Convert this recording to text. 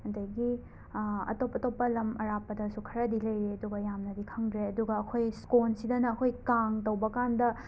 ꯑꯗꯒꯤ ꯑꯇꯣꯞ ꯑꯇꯣꯞꯄ ꯂꯝ ꯑꯔꯥꯞꯄꯗꯁꯨ ꯈꯔꯗꯤ ꯂꯩꯔꯤ ꯑꯗꯨꯒ ꯌꯥꯝꯅꯗꯤ ꯈꯪꯗ꯭ꯔꯦ ꯑꯗꯨꯒ ꯑꯩꯈꯣꯏ ꯁ꯭ꯀꯣꯟꯁꯤꯗꯅ ꯑꯩꯈꯣꯏ ꯀꯥꯡ ꯇꯧꯕꯀꯥꯟꯗ